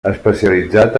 especialitzat